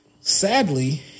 Sadly